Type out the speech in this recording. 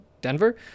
Denver